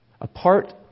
apart